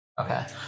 Okay